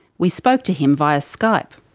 we spoke to him via skype.